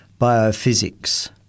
biophysics